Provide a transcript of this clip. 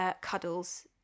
cuddles